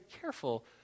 careful